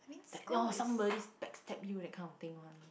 that oh somebody backstab you that kind of thing one